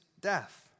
death